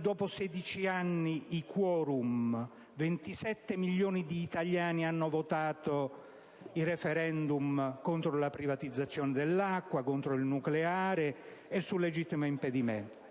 dopo 16 anni, i *quorum*: 27 milioni di italiani hanno votato sui *referendum* contro la privatizzazione dell'acqua, contro l'energia nucleare e sul legittimo impedimento.